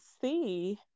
see